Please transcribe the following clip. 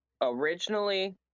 originally